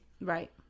Right